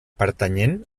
pertanyent